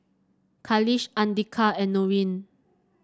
Khalish Andika and Nurin